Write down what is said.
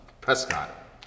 Prescott